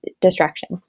distraction